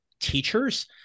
teachers